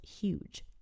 huge